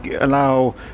allow